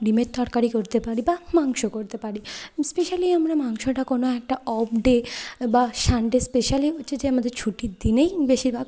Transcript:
ডিমের তরকারি করতে পারি বা মাংস করতে পারি স্পেশালি আমরা মাংসটা কোনও একটা অফ ডে বা সানডে স্পেশালি হচ্ছে আমাদের ছুটির দিনেই বেশিরভাগ